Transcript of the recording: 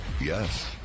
Yes